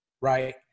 right